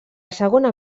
segona